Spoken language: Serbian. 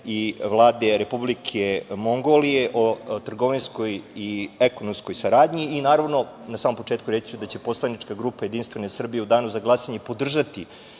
i Vlade Republike Mongolije o trgovinskoj i ekonomskoj saradnji. Naravno, na samom početku reći da će poslanička grupa JS u danu za glasanje podržati